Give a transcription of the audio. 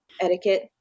etiquette